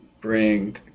bring